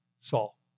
Saul